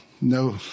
no